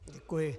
Děkuji.